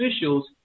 officials